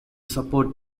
support